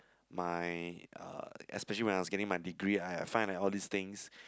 my uh especially when I was getting my degree I I find that all these things